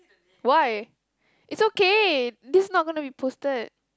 why is okay this not going be posted